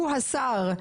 הוא השר,